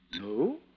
No